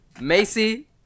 Macy